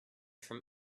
from